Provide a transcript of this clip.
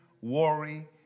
worry